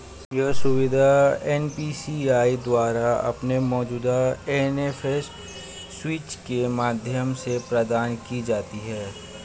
यह सुविधा एन.पी.सी.आई द्वारा अपने मौजूदा एन.एफ.एस स्विच के माध्यम से प्रदान की जाती है